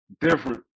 different